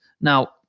Now